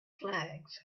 flags